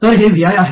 तर हे vi आहे